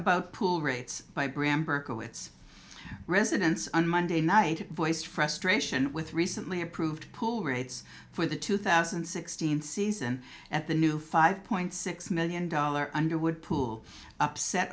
its residents on monday night voiced frustration with recently approved pool rates for the two thousand and sixteen season at the new five point six million dollars underwood pool upset